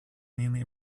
mainly